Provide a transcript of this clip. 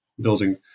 building